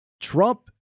Trump